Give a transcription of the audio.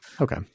Okay